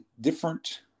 different